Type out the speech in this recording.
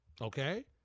Okay